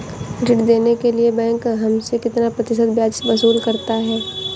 ऋण देने के लिए बैंक हमसे कितना प्रतिशत ब्याज वसूल करता है?